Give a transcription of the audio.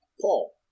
Paul